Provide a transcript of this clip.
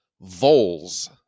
voles